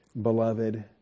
beloved